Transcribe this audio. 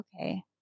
okay